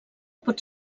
pot